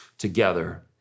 together